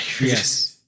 Yes